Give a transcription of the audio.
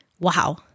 Wow